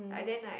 I then like